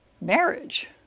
marriage